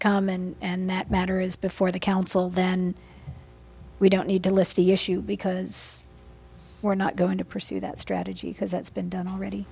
come and that matter is before the council then we don't need to list the issue because we're not going to pursue that strategy because it's been done already